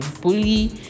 bully